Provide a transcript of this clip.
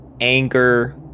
anger